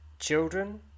children